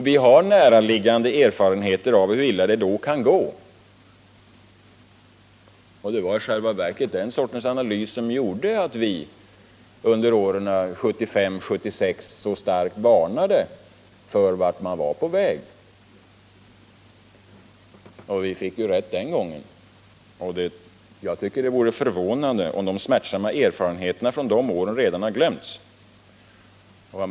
Vi har näraliggande erfarenheter av hur illa det då kan gå. Det var i själva verket en analys av detta slag som gjorde att vi under åren 1975 och 1976 så starkt varnade för den situation mot vilken man var på väg. Vi fick ju rätt den gången. Jag tycker det vore förvånande om de smärtsamma erfarenheterna från de åren redan har glömts.